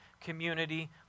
community